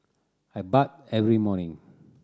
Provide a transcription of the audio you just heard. I bathe every morning